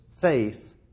Faith